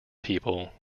people